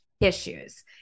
issues